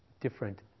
different